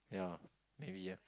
yeah maybe ah